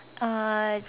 uh